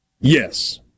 Yes